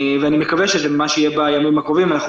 ואני מקווה שמה שיהיה בימים הקרובים אנחנו